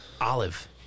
Olive